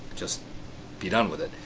just be done with it.